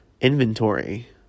inventory